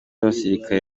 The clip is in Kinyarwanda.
abasirikare